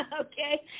okay